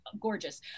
gorgeous